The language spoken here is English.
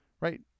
right